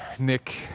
Nick